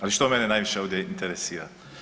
Ali što mene najviše ovdje interesira?